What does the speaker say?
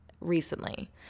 recently